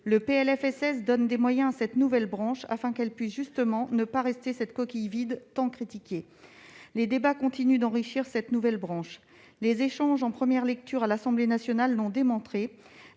le PLFSS donne des moyens à cette nouvelle branche, afin qu'elle puisse justement ne pas rester cette coquille vide tant critiquée. Les débats continuent d'enrichir la cinquième branche. Les échanges en première lecture à l'Assemblée nationale l'ont démontré.